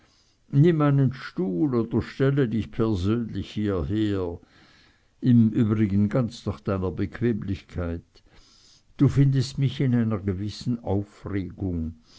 nimm einen stuhl oder stelle dich persönlich hierher im übrigen ganz nach deiner bequemlichkeit du findest mich in einer gewissen aufregung